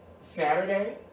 Saturday